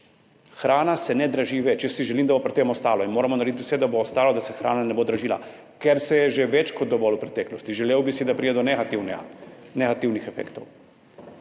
Hrana se ne draži več. Jaz si želim, da bo pri tem ostalo, in moramo narediti vse, da bo ostalo, da se hrana ne bo dražila, ker se je že več kot dovolj v preteklosti. Želel bi si, da pride do negativnih efektov.